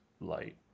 light